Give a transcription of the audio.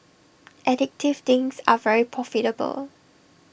addictive things are very profitable